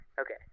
Okay